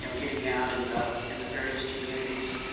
you know getting out and in the various communities,